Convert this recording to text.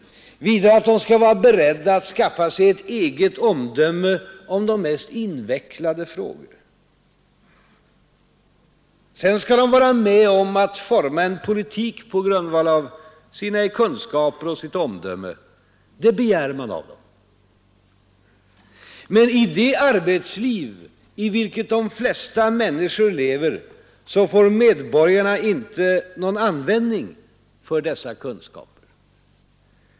Vidare att de skall vara beredda att skaffa sig ett eget omdöme om de mest invecklade frågor. Sedan skall de vara med om att forma en politik på grundval av sina kunskaper och sitt omdöme. Det begär man av dem. Men i det arbetsliv i vilket de flesta människor lever, så får medborgarna inte någon användning för dessa kunskaper.